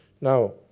Now